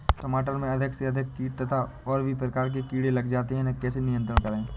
टमाटर में अधिक से अधिक कीट तथा और भी प्रकार के कीड़े लग जाते हैं इन्हें कैसे नियंत्रण करें?